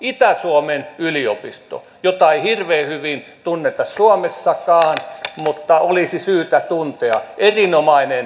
itä suomen yliopisto jota ei hirveän hyvin tunneta suomessakaan mutta olisi syytä tuntea erinomainen yliopisto